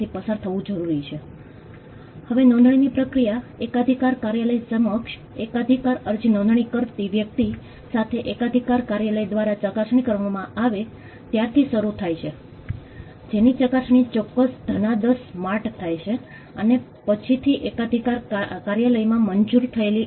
આપણે પહેલેથી જ કહ્યું હતું કે આપત્તિ જોખમ શાસન માટે સમુદાયની સહભાગી ખરેખર એક મુખ્ય તત્વ છે અમે આ વિશે અમારી પાછલી સ્લાઇડ્સમાં અગાઉના પ્રેઝન્ટેશનમાં ચર્ચા કરી હતી તેથી અમને કંઈક માળખાની જરૂર હોય તે જરૂરી છે